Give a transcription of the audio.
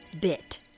Bit